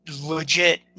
legit